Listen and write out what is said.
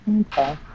okay